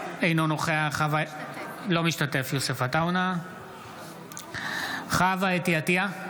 אינו משתתף בהצבעה חוה אתי עטייה,